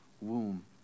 womb